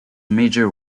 major